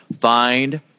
Find